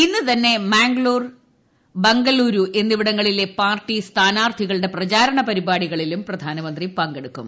ഇന്നുതന്നെ മാംഗ്ലൂർ ബംഗലൂരു എന്നിവിടങ്ങളിലെ പാർട്ടി സ്ഥാനാർത്ഥികളുടെ പ്രചാരണ പരിപാടികളിലും പ്രധാനമന്ത്രി പങ്കെടുക്കും